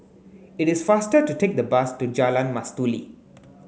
it is faster to take the bus to Jalan Mastuli